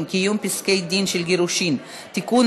(קיום פסקי דין של גירושין) (תיקון,